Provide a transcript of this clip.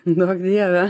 duok dieve